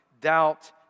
doubt